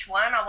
one